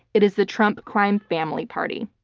it is the trump crime family party.